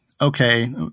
Okay